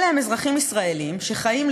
אלה הם אזרחים ישראלים שחיים,